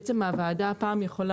ברגע שהוועדה מאשרת